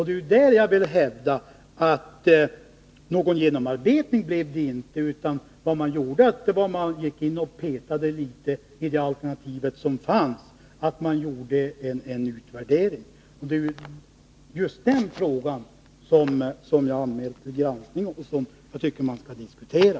Det är där jag vill hävda att det inte blev någon genomarbetning, utan att man bara gick in och petadelitet i det alternativ som fanns och gjorde en värdering. Det är just den frågan som jag har anmält till granskning, och som jag tycker att vi skall diskutera.